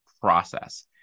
process